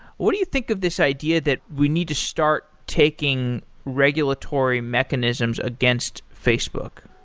what do you think of this idea that we need to start taking regulatory mechanisms against facebook?